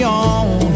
on